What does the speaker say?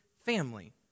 family